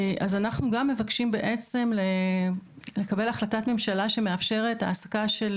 אז אנחנו גם מבקשים בעצם לקבל החלטת ממשלה שמאפשרת העסקה של